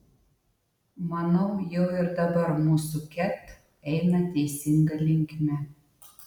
manau jau ir dabar mūsų ket eina teisinga linkme